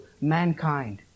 mankind